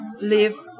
live